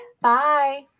Bye